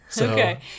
Okay